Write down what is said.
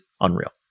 Unreal